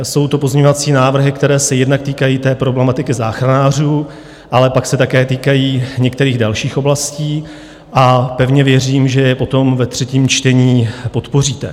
Jsou to pozměňovací návrhy, které se jednak týkají problematiky záchranářů, ale pak se také týkají některých dalších oblastí, a pevně věřím, že je potom ve třetím čtení podpoříte.